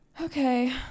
Okay